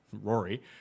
rory